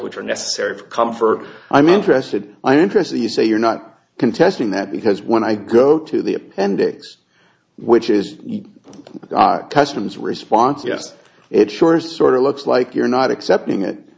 which are necessary for comfort i'm interested i'm interested you say you're not contesting that because when i go to the appendix which is your response yes it sure is sort of looks like you're not accepting it